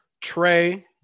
Trey